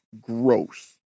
gross